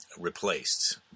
replaced